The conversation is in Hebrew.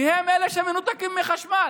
כי הם אלה שמנותקים מחשמל.